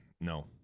No